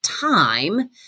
time